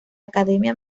academia